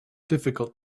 difficult